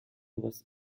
was